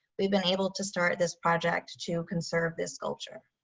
we've been able to start this project to conserve this sculpture.